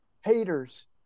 haters